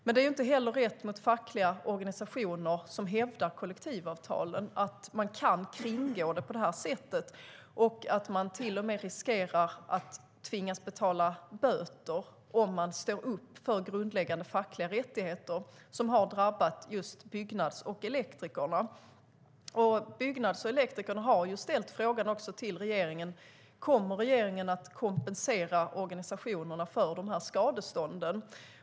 Men det är inte heller rätt mot fackliga organisationer som hävdar kollektivavtalen att man kan kringgå dem på det här sättet och att de till och med riskerar att tvingas betala böter om de står upp för grundläggande fackliga rättigheter. Det har drabbat Byggnads och Elektrikerna. Byggnads och Elektrikerna har ställt frågan till regeringen om regeringen kommer att kompensera organisationerna för de här skadestånden.